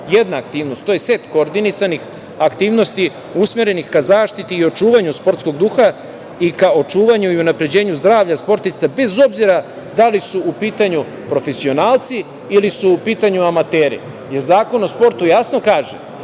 jedna aktivnost. To je set kordinisanih aktivnosti usmerenih ka zaštiti i očuvanju sportskog duha i kao očuvanju i unapređenju zdravlja sportista, bez obzira da li su u pitanju profesionalci ili su u pitanju amateri. Zakon o sportu jasno kaže